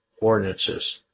ordinances